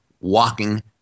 walking